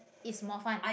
it's more fun